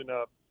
up